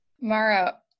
Mara